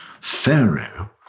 Pharaoh